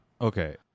Okay